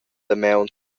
damaun